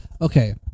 Okay